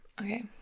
Okay